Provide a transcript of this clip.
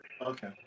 Okay